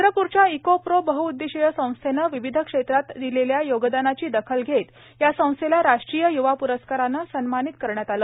चंद्रपूरच्या eco pro बहउद्देशीय संस्थेने विविध क्षेत्रात दिलेल्या योगदानाची दखल घेत या संस्थेला राष्ट्रीय य्वा प्रस्काराने सन्मानित करण्यात आले